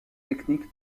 techniques